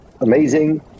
amazing